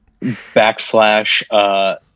backslash